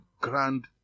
grand